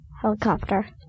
Helicopter